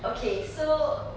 okay so